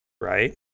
right